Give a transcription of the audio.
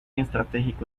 estratégico